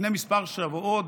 לפני כמה שבועות,